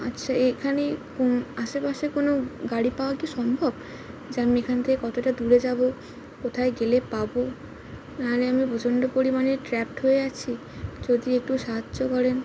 আচ্ছা এখানে আশেপাশে কোনো গাড়ি পাওয়া কি সম্ভব যে আমি এখান থেকে কতটা দূরে যাবো কোথায় গেলে পাবো নাহলে আমি পচণ্ড পরিমাণে ট্র্যাপড হয়ে আছি যদি একটু সাহায্য করেন